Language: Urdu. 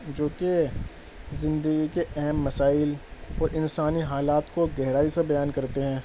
جو کہ زندگی کے اہم مسائل اور انسانی حالات کو گہرائی سے بیان کرتے ہیں